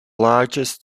largest